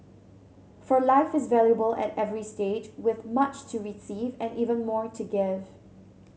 for life is valuable at every stage with much to receive and even more to give